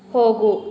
ಹೋಗು